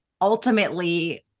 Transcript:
ultimately